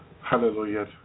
Hallelujah